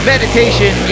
Meditation